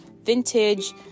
vintage